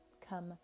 come